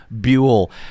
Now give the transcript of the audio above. Buell